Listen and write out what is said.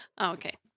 Okay